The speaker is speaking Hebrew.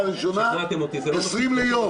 20 ליום.